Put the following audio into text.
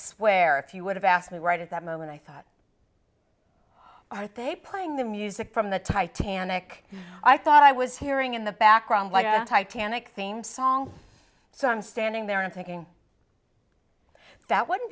swear if you would have asked me right at that moment i thought they playing the music from the titanic i thought i was hearing in the background like titanic theme song so i'm standing there and thinking that wouldn't